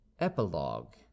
Epilogue